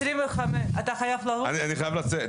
אני חייב לצאת.